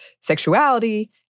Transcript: sexuality